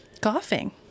Coughing